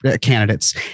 candidates